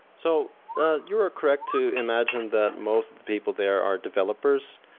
so ah you are correct to imagine that most people there are developers.